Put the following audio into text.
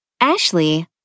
Ashley